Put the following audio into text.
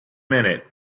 minute